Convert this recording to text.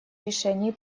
решений